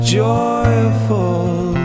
joyful